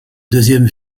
deuxième